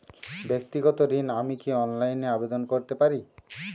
ব্যাক্তিগত ঋণ আমি কি অনলাইন এ আবেদন করতে পারি?